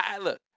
Look